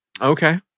okay